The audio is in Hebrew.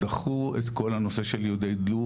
דחו את כל הנושא של יהודי לוב,